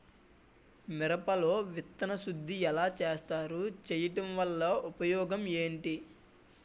మిరప లో విత్తన శుద్ధి ఎలా చేస్తారు? చేయటం వల్ల ఉపయోగం ఏంటి?